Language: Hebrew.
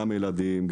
גם ילדים,